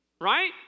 right